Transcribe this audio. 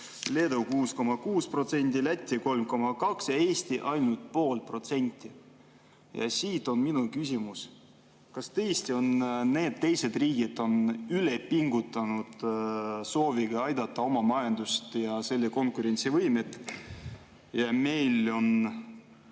Leedu 6,6%, Läti 3,2% ja Eesti ainult 0,5%. Ja siit minu küsimus. Kas tõesti need teised riigid on üle pingutanud sooviga aidata oma majandust ja selle konkurentsivõimet ja meil on